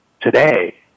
today